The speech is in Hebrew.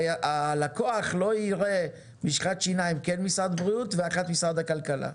הלקוח לא יראה משחת שיניים כן משרד בריאות ואחת משרד הכלכלה.